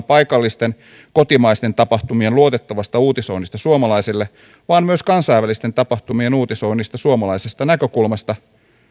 paikallisten kotimaisten tapahtumien luotettavasta uutisoinnista suomalaisille vaan myös kansainvälisten tapahtumien uutisoinnista suomalaisesta näkökulmasta